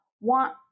want